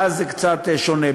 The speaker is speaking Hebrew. ואז זה קצת שונה.